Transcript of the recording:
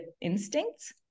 instincts